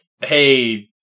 hey